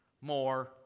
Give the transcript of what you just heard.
more